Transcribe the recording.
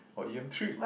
or e_m three